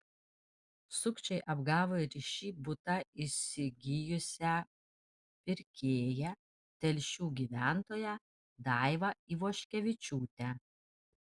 sukčiai apgavo ir šį butą įsigijusią pirkėją telšių gyventoją daivą ivoškevičiūtę